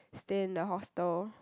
stay in the hostel